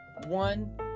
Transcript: One